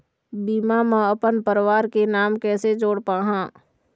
बीमा म अपन परवार के नाम कैसे जोड़ पाहां?